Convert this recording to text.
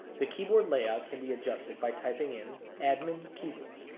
the keyboard layout can be adjusted by typing in admin keyboard.